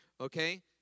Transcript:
okay